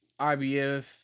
IBF